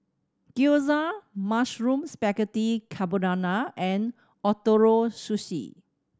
Gyoza Mushroom Spaghetti Carbonara and Ootoro Sushi